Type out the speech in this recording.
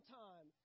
time